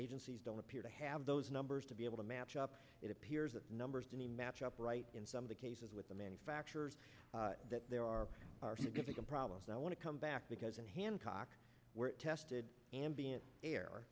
agencies don't appear to have those numbers to be able to match up it appears the numbers to match up right in some of the cases with the manufacturers that there are significant problems and i want to come back because in hancock were tested a